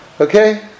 Okay